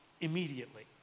immediately